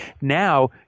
now